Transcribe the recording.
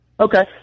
Okay